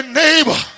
neighbor